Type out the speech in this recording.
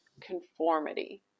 conformity